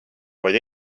vaid